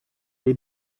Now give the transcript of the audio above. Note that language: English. they